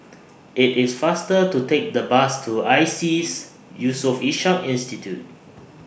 IT IS faster to Take The Bus to ISEAS Yusof Ishak Institute